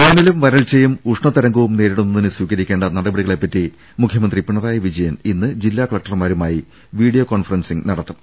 വേനലും വരൾച്ചയും ഉഷ്ണതരംഗവും നേരിടുന്നതിന് സ്വീക രിക്കേണ്ട നടപടികളെ പറ്റി മുഖ്യമന്ത്രി പിണറായി വിജയൻ ഇന്ന് ജില്ലാകലക്ടർമാരുമായി വീഡിയോ കോൺഫറൻസ് നടത്തും